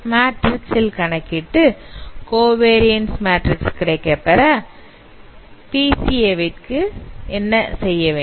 matrix ல் கணக்கிட்டு covariance matrix கிடைக்கப்பெற பிசிஏ விற்கு என்ன செய்ய வேண்டும்